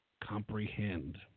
comprehend